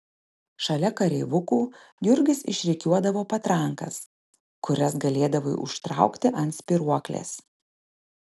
šalia kareivukų jurgis išrikiuodavo patrankas kurias galėdavai užtraukti ant spyruoklės